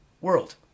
world